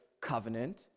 Covenant